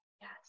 Yes